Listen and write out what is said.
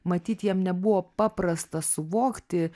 matyt jiem nebuvo paprasta suvokti